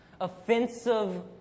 offensive